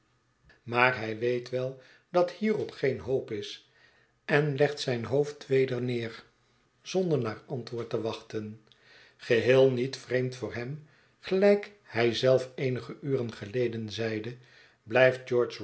maar hij weet wel dat hierop geene hoop is en legt zijn hoofd weder neer zonder naar antwoord te wachten geheel niet vreemd voor hem gelijk hij zelf eenige uren geleden zeide blijft